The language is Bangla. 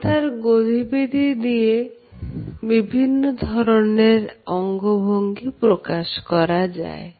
মাথার গতিবিধি নিয়ে বিভিন্ন ধরনের অঙ্গভঙ্গি প্রকাশ করা যায়